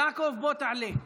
יעקב, בוא, תעלה.